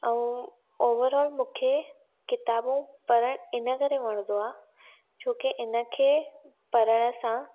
ऐं ओवरऑल मूंखे किताबूं पढ़णु इन करे वणंदो आहे छो की इनखे पढ़ण सां